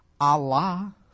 Allah